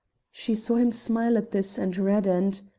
she saw him smile at this, and reddened.